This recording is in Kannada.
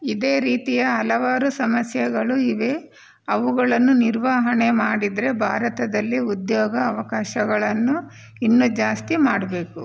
ಇದೇ ರೀತಿಯ ಹಲವಾರು ಸಮಸ್ಯೆಗಳು ಇವೆ ಅವುಗಳನ್ನು ನಿರ್ವಹಣೆ ಮಾಡಿದ್ರೆ ಭಾರತದಲ್ಲಿ ಉದ್ಯೋಗ ಅವಕಾಶಗಳನ್ನು ಇನ್ನು ಜಾಸ್ತಿ ಮಾಡಬೇಕು